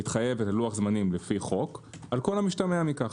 מתחייב ללוח זמנים לפי חוק על כל המשתמע מכך.